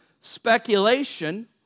speculation